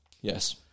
Yes